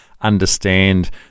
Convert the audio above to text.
understand